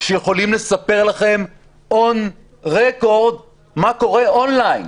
שיכולים לספר לכם און רקורד מה קורה אונליין?